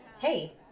Hey